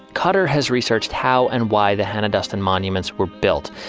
cutter has researched how and why the hannah duston monuments were built.